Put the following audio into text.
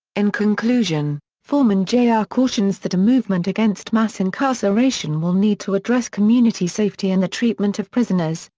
in conclusion, forman jr. ah cautions that a movement against mass incarceration will need to address community safety and the treatment of prisoners,